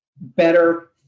better –